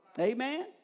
Amen